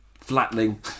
flattening